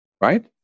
right